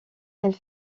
elle